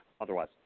otherwise